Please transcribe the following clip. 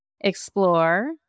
Explore